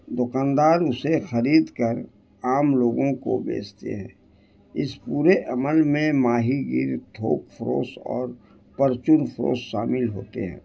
دکاندار اسے خرید کر عام لوگوں کو بیچتے ہیں اس پورے عمل میں ماہی گیر تھوک فروش اور پرچون فروش شامل ہوتے ہیں